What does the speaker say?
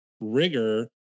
rigor